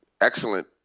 excellent